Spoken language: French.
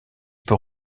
peut